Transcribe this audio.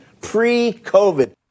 pre-COVID